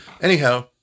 Anyhow